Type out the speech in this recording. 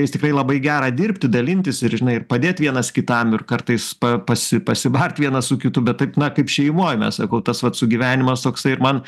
jais tikrai labai gera dirbti dalintis ir žinai ir padėt vienas kitam ir kartais pa pasi pasibart vienas su kitu bet taip na kaip šeimoj mes sakau tas vat sugyvenimas toksai ir man